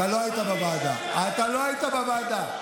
אתה לא היית בוועדה.